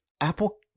apple